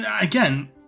again